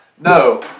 no